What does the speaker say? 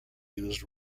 used